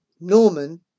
Norman